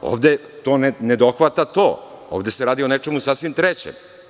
Ovde to ne dohvata to, ovde se radi o nečemu sasvim trećem.